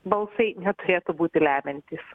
balsai neturėtų būti lemiantys